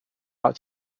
out